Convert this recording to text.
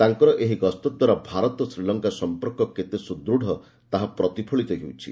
ତାଙ୍କର ଏହି ଗସ୍ତଦ୍ୱାରା ଭାରତ ଶ୍ରୀଲଙ୍କା ସମ୍ପର୍କ କେତେ ସୁଦୃଢ଼ ତାହା ପ୍ରତିଫଳିତ ହେଉଛି